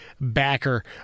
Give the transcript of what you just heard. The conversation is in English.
backer